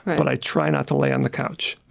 but i try not to lay on the couch.